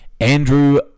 Andrew